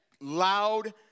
loud